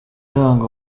biranga